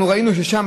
אנחנו ראינו ששם,